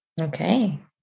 Okay